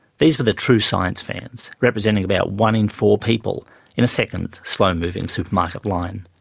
these were the true science fans representing about one in four people in a second slow moving supermarket line.